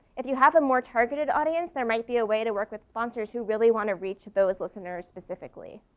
if you have a more targeted audience there might be a way to work with sponsors who really wanna reach those listeners specifically.